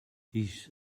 his